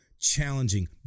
challenging